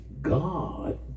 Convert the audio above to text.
God